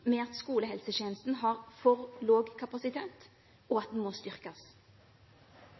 med at skolehelsetjenesten har for lav kapasitet, og at den må styrkes.